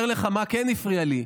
אבל אני אומר לך מה כן הפריע לי,